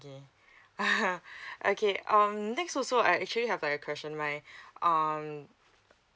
okay um next also I actually have a question um